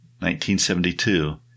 1972